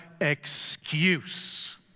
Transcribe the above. excuse